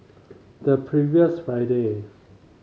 the previous Friday